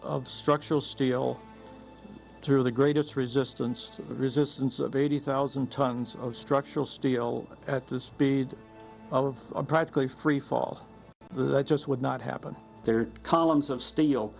of structural steel through the greatest resistance resistance of eighty thousand tons of structural steel at this speed of a practically free fall that just would not happen there are columns of steel